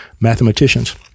mathematicians